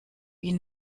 wie